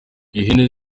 ihene